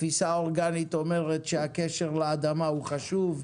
התפיסה האורגנית אומרת שהקשר לאדמה הוא חשוב,